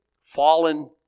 fallen